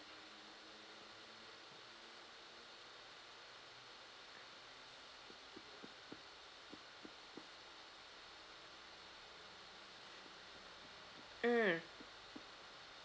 mm